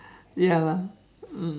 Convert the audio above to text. ya lah